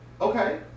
Okay